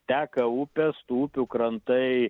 teka upės tų upių krantai